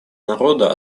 народа